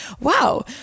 wow